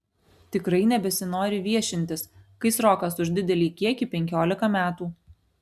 tikrai nebesinori viešintis kai srokas už didelį kiekį penkiolika metų